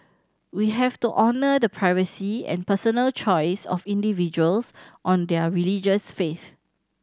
we have to honour the privacy and personal choice of individuals on their religious faith